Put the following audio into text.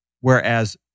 Whereas